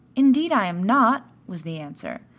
indeed i am not, was the answer.